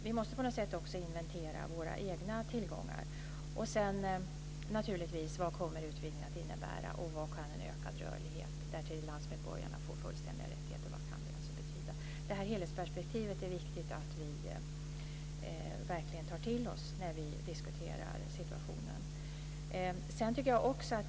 Vi måste inventera våra egna tillgångar. En annan fråga är vad utvidgningen kommer att innebära och vad en ökad rörlighet kan betyda, där tredjelandsmedborgare får fullständiga rättigheter. Det är viktigt att vi tar till oss helhetsperspektivet när vi diskuterar situationen.